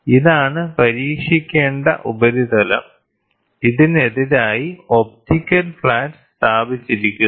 ഇതാണ് പരീക്ഷിക്കേണ്ട ഉപരിതലം ഇതിനെതിരായി ഒപ്റ്റിക്കൽ ഫ്ലാറ്റ് സ്ഥാപിച്ചിരിക്കുന്നു